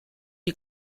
die